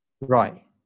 right